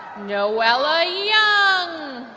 noella young.